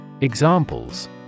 Examples